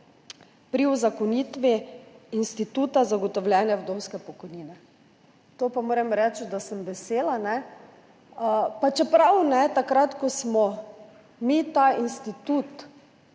pri uzakonitvi instituta zagotovljene vdovske pokojnine. To pa moram reči, da sem vesela, pa čeprav takrat, ko smo mi pripeljali